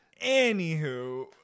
anywho